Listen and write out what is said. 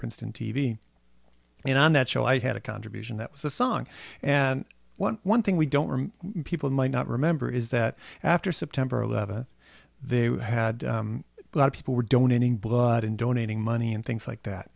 princeton t v and on that show i had a contribution that was a song and one thing we don't people might not remember is that after september eleventh they had a lot of people were donating blood and donating money and things like that